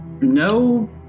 No